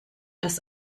das